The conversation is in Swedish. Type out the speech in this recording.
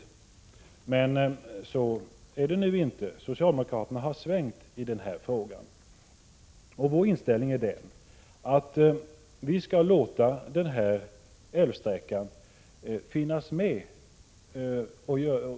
22 april 1987 Men så är det nu inte. Socialdemokraterna har svängt i denna fråga. Vår inställning är att denna älvsträcka skall tas med